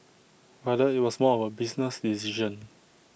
rather IT was more of A business decision